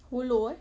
hollow eh